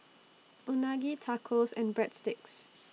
Unagi Tacos and Breadsticks